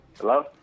Hello